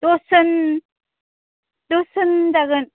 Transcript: दस जन दस जन जागोन